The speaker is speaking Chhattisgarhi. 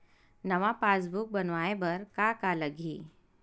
नवा पासबुक बनवाय बर का का लगही?